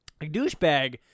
Douchebag